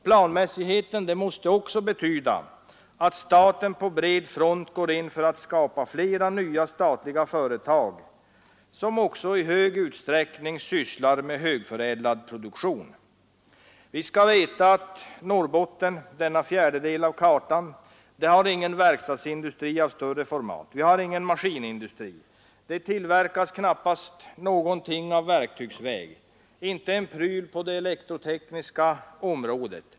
Planmässigheten måste vidare betyda att staten på bred front går in för att skapa flera nya statliga företag som också i stor utsträckning sysslar med högförädlad produktion. Vi skall veta att Norrbotten, denna fjärdedel av Sveriges karta, inte har någon verkstadsindustri av större format. Ingen maskinindustri. Där tillverkas knappast någonting i verktygsväg och inte en pryl på det elektrotekniska området.